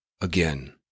again